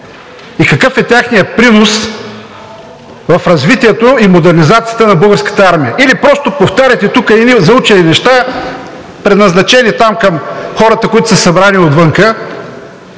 и какъв е техният принос в развитието и модернизацията на Българската армия, или просто повтаряте тук едни заучени неща, предназначени там за хората, които са се събрали отвън,